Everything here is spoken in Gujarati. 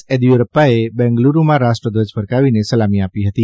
યેદીયુરપ્પાએ બેંગલુરૂમાં રાષ્ટ્રધ્વજ ફરકાવીને સલામી આપી હતી